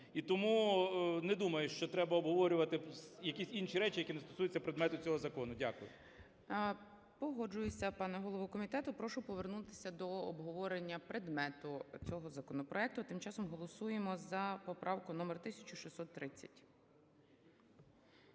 І тому не думаю, що треба обговорювати якісь інші речі, які не стосуються предмету цього закону. Дякую. ГОЛОВУЮЧИЙ. Погоджуюсь, пане голово комітету. Прошу повернутися до обговорення предмету цього законопроекту. А тим часом голосуємо за поправку номер 1630.